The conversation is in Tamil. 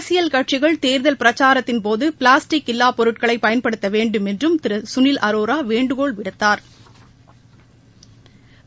அரசியல் கட்சிகள் தேர்தல் பிரக்சாரத்தின் போது பிளாஸ்டிக் இல்லா பொருட்களை பயன்படுத்த வேண்டுமென்றும் திரு சுனில் அரோரா வேண்டுகோள் விடுத்தாா்